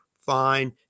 fine